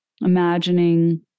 imagining